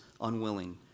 unwilling